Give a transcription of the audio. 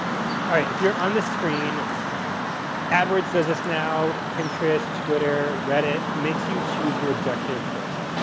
alright, if you're on the screen adwords does this now, pinterest, twitter, reddit. it makes you choose your objective first.